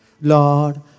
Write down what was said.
Lord